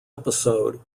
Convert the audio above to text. episode